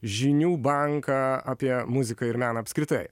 žinių banką apie muziką ir meną apskritai